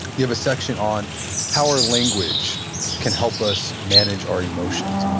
you have a section on how our language can help us manage our emotions, and and